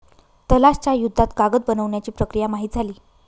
तलाश च्या युद्धात कागद बनवण्याची प्रक्रिया माहित झाली